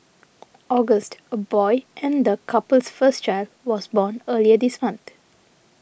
August a boy and the couple's first child was born earlier this month